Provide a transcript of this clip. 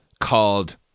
called